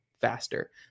faster